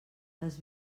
les